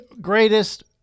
greatest